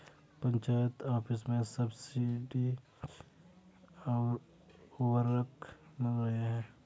panchayat office में सब्सिडाइज्ड उर्वरक मिल रहे हैं